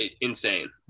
insane